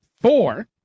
Four